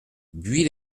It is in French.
buis